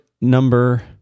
number